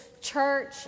Church